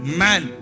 man